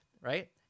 right